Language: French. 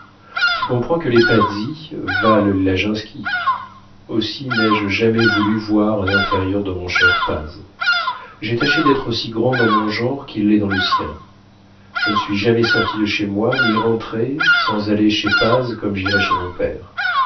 tu comprends que les pazzi valent les laginski aussi n'ai-je jamais voulu voir un inférieur dans mon cher paz j'ai tâché d'être aussi grand dans mon genre qu'il l'est dans le sien je ne suis jamais sorti de chez moi ni rentré sans aller chez paz comme j'irais chez mon père